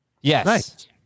Yes